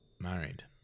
married